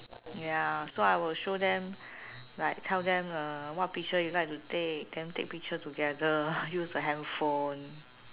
ya so I will show them like tell them uh what picture you like to then take picture together use a handphone